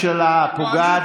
תודה.